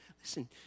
Listen